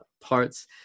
parts